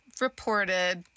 reported